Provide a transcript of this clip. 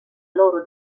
loro